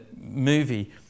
movie